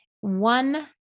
one